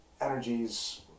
energies